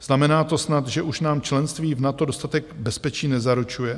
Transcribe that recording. Znamená to snad, že už nám členství v NATO dostatek bezpečí nezaručuje?